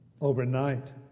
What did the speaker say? overnight